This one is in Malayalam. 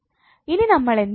ഇനി നമ്മൾ എന്ത് ചെയ്യണം